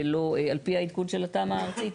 ולא על פי העדכון של התמ"א הארצית.